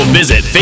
visit